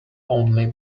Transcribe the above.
only